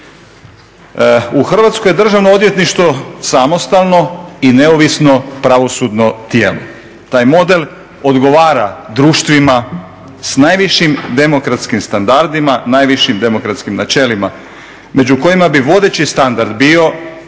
U Hrvatskoj Državno odvjetništvo samostalno i neovisno pravosudno tijelo. Taj model odgovara društvima s najvišim demokratskim standardima najvišim demokratskim načelima među kojima bi vodeći standard bio